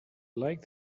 like